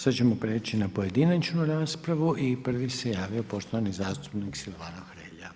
Sada ćemo prijeći na pojedinačnu raspravu i prvi se javio poštovani zastupnik Silvano Hrelja.